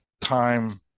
time